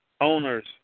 owners